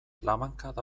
labankada